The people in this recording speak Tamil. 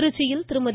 திருச்சியில் திருமதி